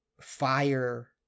fire